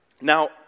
Now